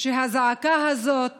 שהזעקה הזאת